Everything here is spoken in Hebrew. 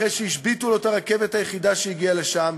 אחרי שהשביתו לו את הרכבת היחידה שהגיעה לשם.